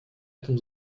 этом